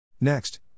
Next